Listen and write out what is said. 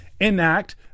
enact